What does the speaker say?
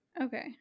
Okay